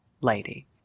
lady